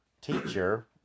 teacher